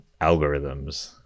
algorithms